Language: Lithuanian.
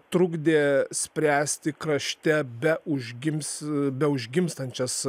trukdė spręsti krašte beužgims beužgimstančias